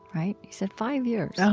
right? you said five years? oh,